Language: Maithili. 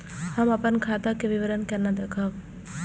हम अपन खाता के विवरण केना देखब?